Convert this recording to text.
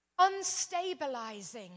unstabilizing